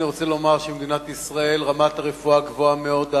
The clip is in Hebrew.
אני רוצה לומר שבמדינת ישראל רמת הרפואה גבוהה מאוד.